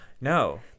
no